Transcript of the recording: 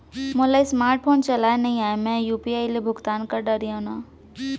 मोला smart phone चलाए नई आए मैं यू.पी.आई ले भुगतान कर डरिहंव न?